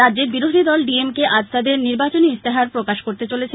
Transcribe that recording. রাজ্যের বিরোধী দল ডিএমকে আজ তাদের নির্বাচনী ইস্তেহার প্রকাশ করতে চলেছে